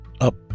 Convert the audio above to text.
Up